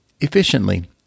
efficiently